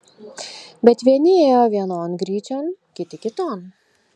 bet vieni ėjo vienon gryčion kiti kiton